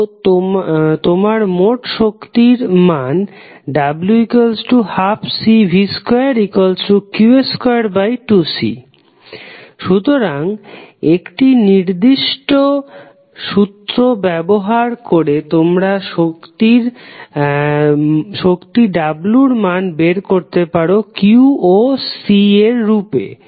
তো তোমার মোট শক্তির মান w12Cv2q22C সুতরাং এই নির্দিষ্ট সূত্র ব্যবহার করে তোমরা শক্তি W র মান বের করতে পারো q ও C এর রূপে